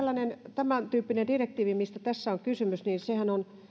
tämäntyyppinen direktiivihän mistä tässä on kysymys